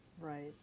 Right